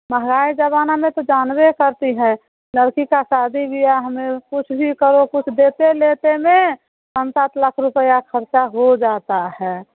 महंगाई ज़माना में तो जानबे करती है लड़की का शादी ब्याह में कुछ भी करो कुछ देते लेते में पाँच सात लाख रुपया खर्चा हो जाता है